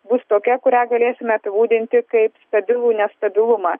bus tokia kurią galėsime apibūdinti kaip stabilų nestabilumą